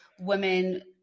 women